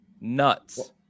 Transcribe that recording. nuts